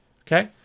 okay